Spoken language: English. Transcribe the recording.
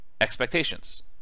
expectations